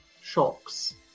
shocks